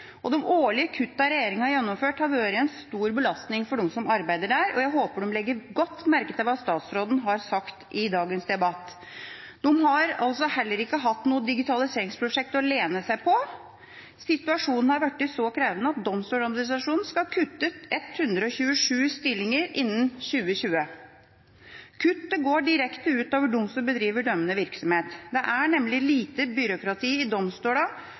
avgjørelser. De årlige kuttene regjeringa har gjennomført, har vært en stor belastning for dem som arbeider der, og jeg håper de legger godt merke til hva statsråden har sagt i dagens debatt. De har heller ikke hatt noe digitaliseringsprosjekt å støtte seg til. Situasjonen er blitt så krevende at Domstoladministrasjonen skal kutte 127 stillinger innen 2020. Kuttet går direkte ut over dem som bedriver dømmende virksomhet. Det er nemlig lite byråkrati i domstolene,